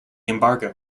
embargo